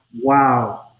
wow